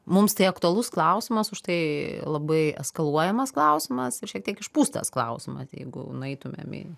mums tai aktualus klausimas užtai labai eskaluojamas klausimas ir šiek tiek išpūstas klausimas jeigu nueitumėm į